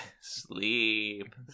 Sleep